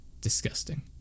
disgusting